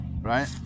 right